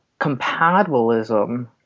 compatibilism